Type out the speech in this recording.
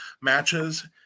matches